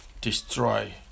destroy